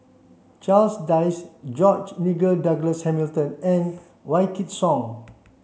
Charles Dyce George Nigel Douglas Hamilton and Wykidd Song